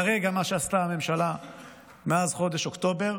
כרגע מה שעשתה הממשלה מאז חודש אוקטובר